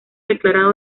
declarado